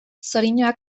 xoriñoak